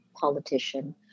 politician